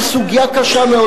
הוא סוגיה קשה מאוד.